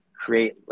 create